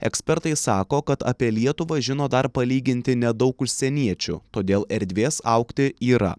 ekspertai sako kad apie lietuvą žino dar palyginti nedaug užsieniečių todėl erdvės augti yra